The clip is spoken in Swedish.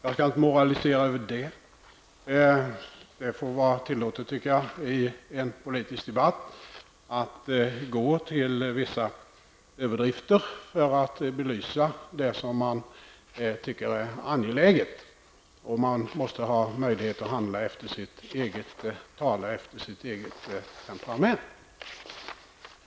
Jag skall inte moralisera över det. Det må vara tillåtet i en politisk debatt att gå till vissa överdrifter för att bättre belysa det man tycker är angeläget, och man måste ha möjlighet att tala efter sitt eget temperament.